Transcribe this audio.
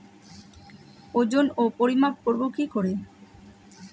ওজন ও পরিমাপ করব কি করে?